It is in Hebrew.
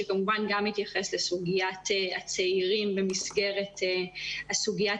שכמובן מתייחס גם לסוגיית הצעירים במסגרת סוגיית